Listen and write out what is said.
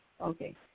Okay